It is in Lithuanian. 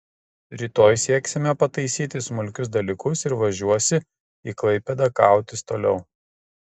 rytoj sieksime pataisyti smulkius dalykus ir važiuosi į klaipėdą kautis toliau